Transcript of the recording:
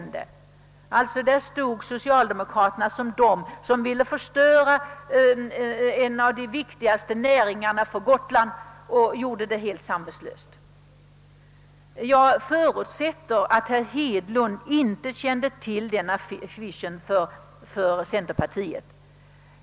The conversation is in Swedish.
Socialdemokraterna framstod som några vilka helt samvetslöst ville krossa en av de viktigaste näringarna på Gotland. Jag förutsätter att herr Hedlund inte hade reda på denna affisch.